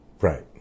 Right